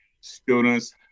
students